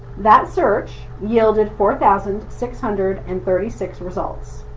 that search yielded four thousand six hundred and thirty six results.